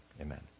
Amen